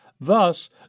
Thus